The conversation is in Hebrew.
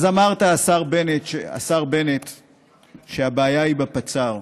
אז אמרת, השר בנט, שהבעיה היא בפצ"ר.